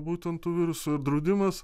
būtent tų virusų draudimas